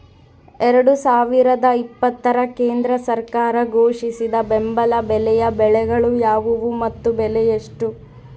ಎರಡು ಸಾವಿರದ ಇಪ್ಪತ್ತರ ಕೇಂದ್ರ ಸರ್ಕಾರ ಘೋಷಿಸಿದ ಬೆಂಬಲ ಬೆಲೆಯ ಬೆಳೆಗಳು ಯಾವುವು ಮತ್ತು ಬೆಲೆ ಎಷ್ಟು?